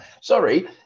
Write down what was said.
Sorry